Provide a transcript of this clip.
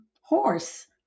horse